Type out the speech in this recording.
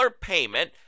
payment